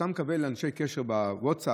כשאתה מקבל אנשי קשר בווטסאפ,